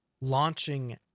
launching